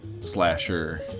slasher